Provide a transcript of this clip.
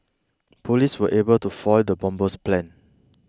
police were able to foil the bomber's plan